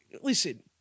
Listen